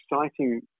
exciting